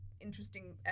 interesting